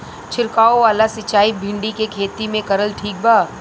छीरकाव वाला सिचाई भिंडी के खेती मे करल ठीक बा?